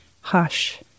hush